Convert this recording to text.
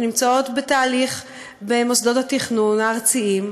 שנמצאות בתהליך במוסדות התכנון הארציים,